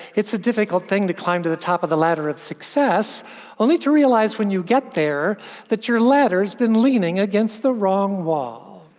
it's a difficult thing to climb to the top of the ladder of success only to realize when you get there that your ladder has been leaning against the wrong wall.